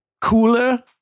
cooler